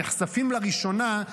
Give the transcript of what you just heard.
אנחנו נחשפים לראשונה.